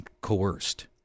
coerced